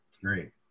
great